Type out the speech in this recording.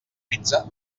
pizza